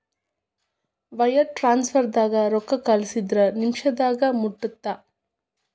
wire ಟ್ರಾನ್ಸ್ಫರ್ದಾಗ ರೊಕ್ಕಾ ಕಳಸಿದ್ರ ನಿಮಿಷದಾಗ ಮುಟ್ಟತ್ತ